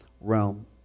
realm